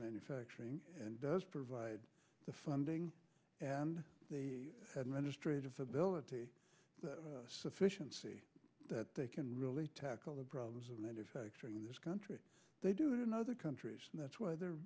manufacturing and does provide the funding and they had registration ability sufficiency that they can really tackle the problems of manufacturing in this country they do it in other countries and that's why they're